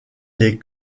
les